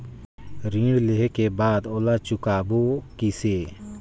ऋण लेहें के बाद ओला चुकाबो किसे?